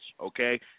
okay